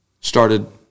Started